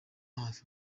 hafi